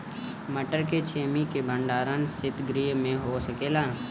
मटर के छेमी के भंडारन सितगृह में हो सकेला?